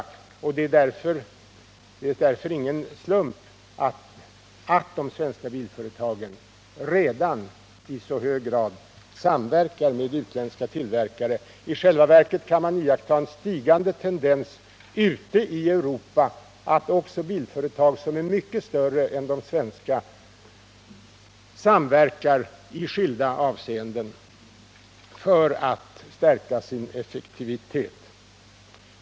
Det är därför ingen slump att de svenska bilföretagen redan i så hög grad samverkar med utländska tillverkare. I själva verket kan man iaktta en stigande tendens ute i Europa till att också bilföretag, som är mycket större än de svenska, samverkar i skilda avseenden för att stärka sin effektivitet.